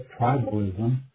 Tribalism